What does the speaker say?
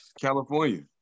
California